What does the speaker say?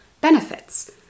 benefits